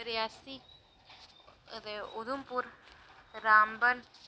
Reasi Udhampur Ramban